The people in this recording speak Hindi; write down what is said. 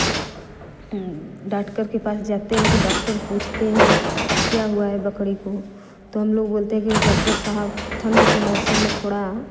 डॉक्टर के पास जाते हैं तो डॉक्टर पूछते हैं कि क्या हुआ है बकरी को तो हम लोग बोलते हैं कि डॉक्टर साहब ठंड के मौसम में थोड़ा